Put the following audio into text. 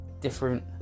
different